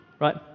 right